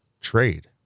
trade